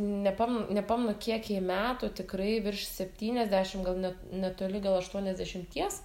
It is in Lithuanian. nepam nepamnu kiek jai metų tikrai virš septyniasdešim gal net netoli gal aštuoniasdešimties